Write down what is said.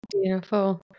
Beautiful